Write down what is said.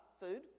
food